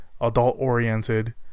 adult-oriented